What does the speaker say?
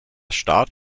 start